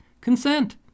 Consent